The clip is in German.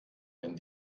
den